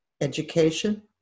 education